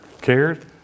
cared